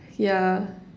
ya